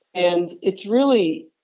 and it's really,